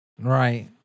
Right